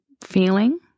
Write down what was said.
feeling